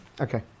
Okay